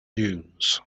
dunes